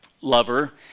lover